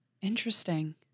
Interesting